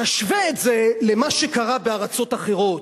תשווה את זה למה שקרה בארצות אחרות: